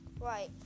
Right